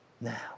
Now